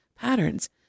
patterns